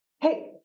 hey